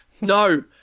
No